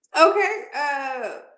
Okay